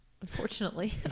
Unfortunately